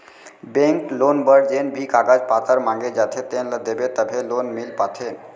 bank loan बर जेन भी कागज पातर मांगे जाथे तेन ल देबे तभे लोन मिल पाथे